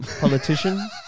politician